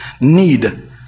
need